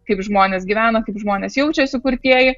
kaip žmonės gyvena kaip žmonės jaučiasi kurtieji